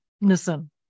Listen